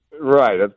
Right